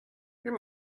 you